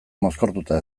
mozkortuta